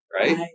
right